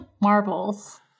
marbles